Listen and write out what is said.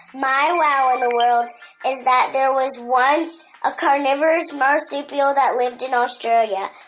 my wow in the world is that there was once a carnivorous marsupial that lived in australia.